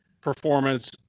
performance